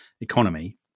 economy